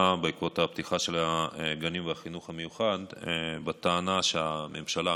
בעקבות הפתיחה של הגנים והחינוך המיוחד בטענה שהממשלה,